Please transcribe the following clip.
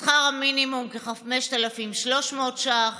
שכר המינימום, כ-5,300 ש"ח,